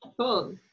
cool